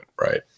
right